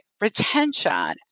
retention